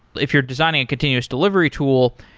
if you're designing a continuous delivery tool,